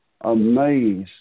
amazed